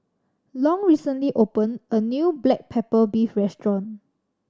Long recently opened a new black pepper beef restaurant